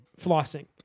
flossing